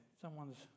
someone's